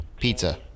Pizza